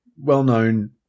well-known